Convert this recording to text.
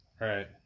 right